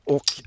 Och